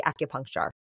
acupuncture